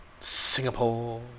Singapore